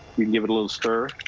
you give it a little stir